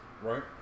Right